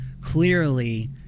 clearly